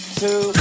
two